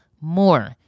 more